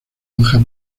hoja